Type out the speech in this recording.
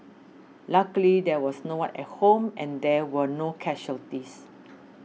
luckily there was no one at home and there were no casualties